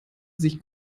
sich